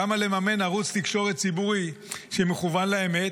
למה לממן ערוץ תקשורת ציבורי שמכוון לאמת?